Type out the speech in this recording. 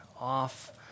off